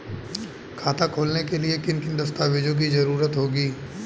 खाता खोलने के लिए किन किन दस्तावेजों की जरूरत होगी?